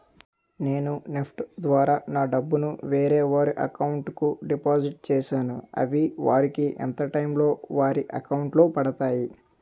నేను నెఫ్ట్ ద్వారా నా డబ్బు ను వేరే వారి అకౌంట్ కు డిపాజిట్ చేశాను అవి వారికి ఎంత టైం లొ వారి అకౌంట్ లొ పడతాయి?